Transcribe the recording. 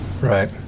Right